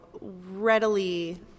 readily